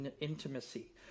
intimacy